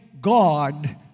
God